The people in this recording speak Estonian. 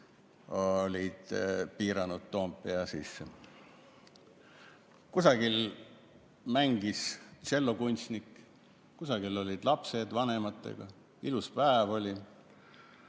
olid piiranud Toompea sisse. Kusagil mängis tšellokunstnik, kusagil olid lapsed vanematega. Ilus päev oli.